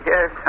Yes